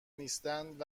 نیستند